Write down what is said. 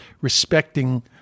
respecting